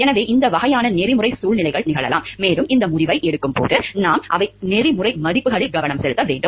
எனவே இந்த வகையான நெறிமுறை சூழ்நிலைகள் நிகழலாம் மேலும் இந்த முடிவுகளை எடுக்கும்போது நாம் அவை நெறிமுறை மதிப்புகளில் கவனம் செலுத்த வேண்டும்